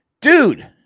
dude